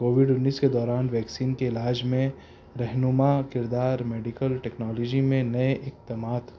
Covid انیس کے دوران ویکسین کے علاج میں رہنما کردار میڈیکل ٹیکنالوجی میں نئے اقدمات